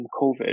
covid